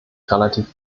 relativ